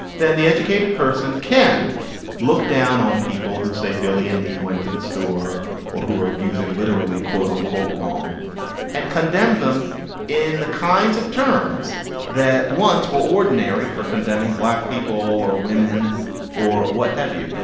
then the educated person can look down on people who say billy and me went to the store or who are using literally, quote, unquote, wrong and condemn them in the kinds of terms that once were ordinary for condemning black people or women or what have you.